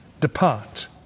depart